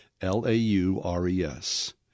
L-A-U-R-E-S